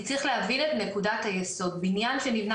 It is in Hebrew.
כי צריך להבין את נקודת היסוד: בניין שנבנה